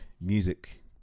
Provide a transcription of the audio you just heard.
music